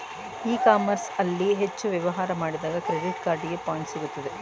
E commerce ಅಲ್ಲಿ ಹೆಚ್ಚು ವ್ಯವಹಾರ ಮಾಡಿದಾಗ ಕ್ರೆಡಿಟ್ ಕಾರ್ಡಿಗೆ ಪಾಯಿಂಟ್ಸ್ ಸಿಗುತ್ತದೆ